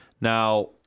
now